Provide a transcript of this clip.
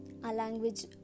language